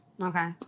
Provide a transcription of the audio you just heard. okay